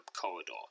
corridor